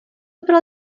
bylo